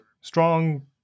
strong